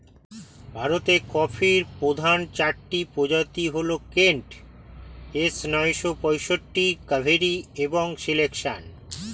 ভারতের কফির চারটি প্রধান প্রজাতি হল কেন্ট, এস নয়শো পঁয়ষট্টি, কাভেরি এবং সিলেকশন